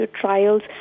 trials